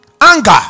Anger